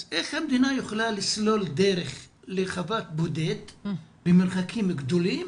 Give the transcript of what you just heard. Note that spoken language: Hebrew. אז איך המדינה יכולה לסלול דרך לחוות בודד במרחקים גדולים,